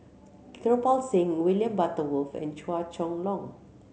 Kirpal Singh William Butterworth and Chua Chong Long